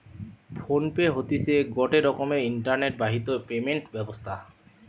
phone pay হতিছে গটে রকমের ইন্টারনেট বাহিত পেমেন্ট ব্যবস্থা